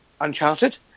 uncharted